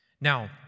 Now